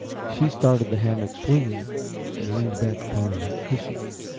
she started the hammock swinging and leaned back upon her cushions.